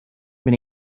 been